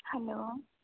hello